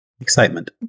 excitement